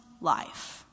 life